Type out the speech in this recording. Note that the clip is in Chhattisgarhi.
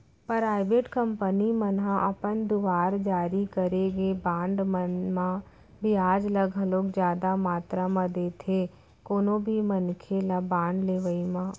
पराइबेट कंपनी मन ह अपन दुवार जारी करे गे बांड मन म बियाज ल घलोक जादा मातरा म देथे कोनो भी मनखे ल बांड लेवई म